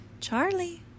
Charlie